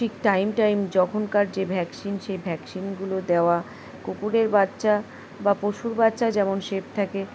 ঠিক time time যখনকার যে ভ্যাকসিন সেই ভ্যাকসিনগুলো দেওয়া কুকুরের বাচ্চা বা পশুর বাচ্চা যেমন সেফ থাকে